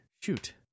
Shoot